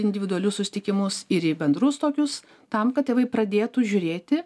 individualius susitikimus ir į bendrus tokius tam kad tėvai pradėtų žiūrėti